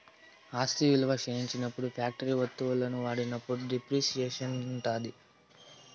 ఆస్తి విలువ క్షీణించినప్పుడు ఫ్యాక్టరీ వత్తువులను వాడినప్పుడు డిప్రిసియేషన్ ఉంటాది